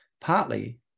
partly